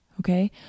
okay